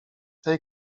tej